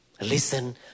Listen